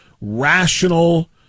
rational